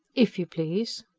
if you please.